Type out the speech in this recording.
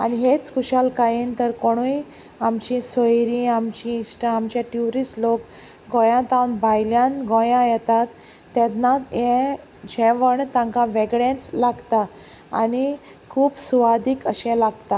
आनी हेच खुशालकायेन तर कोणूय आमची सोयरी आमची इश्टां आमचे ट्युरिस्ट लोक गोंयांतावन भायल्यान गोंयां येतात तेन्ना हें जेवण तांकां वेगळेंच लागता आनी खूब सुवादीक अशें लागता